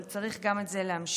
אבל צריך גם את זה להמשיך,